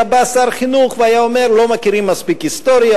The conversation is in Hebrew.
היה בא שר חינוך והיה אומר: לא מכירים מספיק היסטוריה,